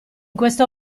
questo